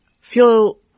feel